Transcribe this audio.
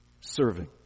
Serving